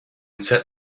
said